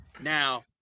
now